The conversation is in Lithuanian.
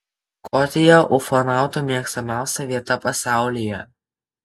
škotija ufonautų mėgstamiausia vieta pasaulyje